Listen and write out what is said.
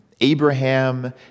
Abraham